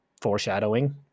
foreshadowing